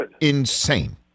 insane